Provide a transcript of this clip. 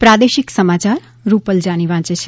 પ્રાદેશિક સમાચાર રૂપલ જાની વાંચ છે